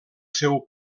seu